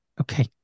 okay